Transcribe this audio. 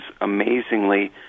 amazingly